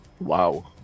Wow